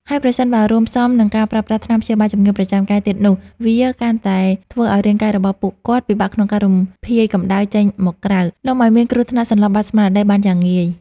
ហើយប្រសិនបើរួមផ្សំនឹងការប្រើប្រាស់ថ្នាំព្យាបាលជំងឺប្រចាំកាយទៀតនោះ វាកាន់តែធ្វើឱ្យរាងកាយរបស់ពួកគាត់ពិបាកក្នុងការរំភាយកម្ដៅចេញមកក្រៅ នាំឱ្យមានគ្រោះថ្នាក់សន្លប់បាត់ស្មារតីបានយ៉ាងងាយ។